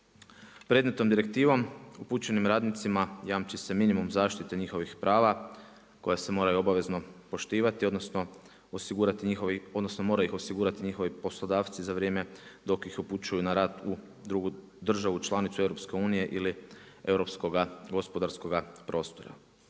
Predmetnom direktivom upućenim radnicima jamči se minimum zaštite njihovih prava, koje se moraju obavezno poštivati, odnosno osigurati njihove, odnosno moraju ih osigurati njihovi poslodavci za vrijeme dok ih upućuju na rad u drugu državu, članicu EU ili Europskoga gospodarskoga prostora.